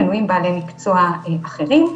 מנויים בעלי מקצוע אחרים,